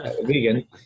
vegan